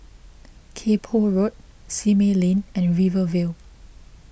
Kay Poh Road Simei Lane and Rivervale